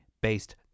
based